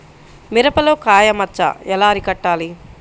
మిరపలో కాయ మచ్చ ఎలా అరికట్టాలి?